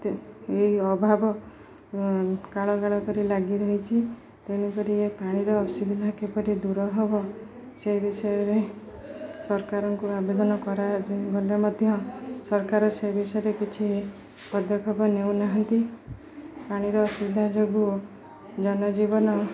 ଏଇ ଅଭାବ କାଳକାଳ କରି ଲାଗି ରହିଛି ତେଣୁକରି ପାଣିର ଅସୁବିଧା କିପରି ଦୂର ହବ ସେ ବିଷୟରେ ସରକାରଙ୍କୁ ଆବେଦନ କରା ଯା ଗଲେ ମଧ୍ୟ ସରକାର ସେ ବିଷୟରେ କିଛି ପଦକ୍ଷେପ ନେଉନାହାନ୍ତି ପାଣିର ଅସୁବିଧା ଯୋଗୁଁ ଜନଜୀବନ